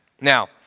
Now